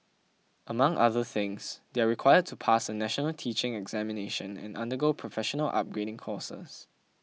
among other things they are required to pass a national teaching examination and undergo professional upgrading courses